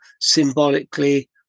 symbolically